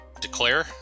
Declare